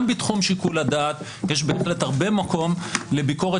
גם בתחום שיקול הדעת יש בהחלט הרבה מקום לביקורת